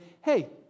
hey